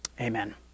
Amen